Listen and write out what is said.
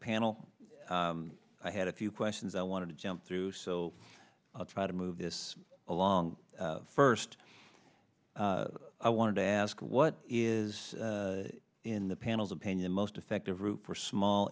panel i had a few questions i wanted to jump through so i'll try to move this along first i wanted to ask what is in the panel's opinion most effective route for small